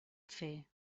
fer